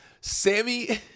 Sammy